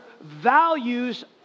values